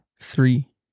three